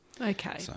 Okay